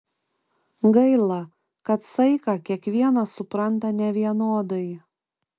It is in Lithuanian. gaila kad saiką kiekvienas supranta nevienodai